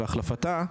והחלפתה,